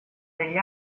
degli